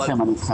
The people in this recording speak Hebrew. אני אתכם.